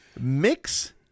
Mix